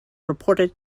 reported